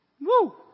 Woo